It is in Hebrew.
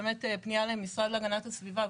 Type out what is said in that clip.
פנייה למשרד להגנת הסביבה,